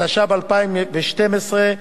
התשע"ב 2012,